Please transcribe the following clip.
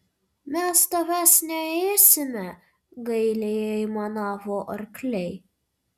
mes tavęs neėsime gailiai aimanavo arkliai